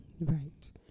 right